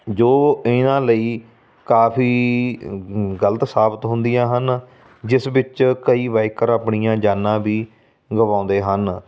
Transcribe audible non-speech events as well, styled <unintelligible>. ਜੋ ਇਹਨਾਂ ਲਈ ਕਾਫੀ <unintelligible> ਗਲਤ ਸਾਬਤ ਹੁੰਦੀਆਂ ਹਨ ਜਿਸ ਵਿੱਚ ਕਈ ਬਾਇਕਰ ਆਪਣੀਆਂ ਜਾਨਾਂ ਵੀ ਗਵਾਉਂਦੇ ਹਨ